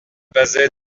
basés